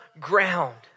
ground